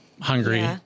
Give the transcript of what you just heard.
hungry